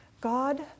God